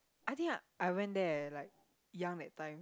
I think I went there like young that time